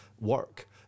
work